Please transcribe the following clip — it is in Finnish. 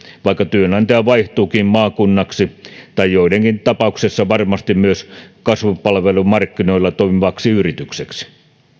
vaikka työnantaja vaihtuukin maakunnaksi tai joidenkin tapauksessa varmasti myös kasvupalvelumarkkinoilla toimivaksi yritykseksi